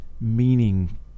meaning